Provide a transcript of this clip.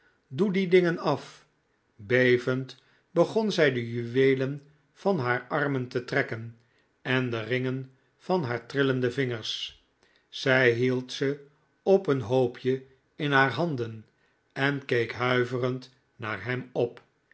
doe die dingen af bevend begon zij de juweelen van haar armen te trekken en de ringen van haar trillende vingers zij hield ze op een hoopje in haar handen en keek huiverend naar hem op